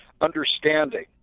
understanding